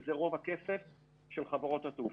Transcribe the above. וזה רוב הכסף של חברות התעופה.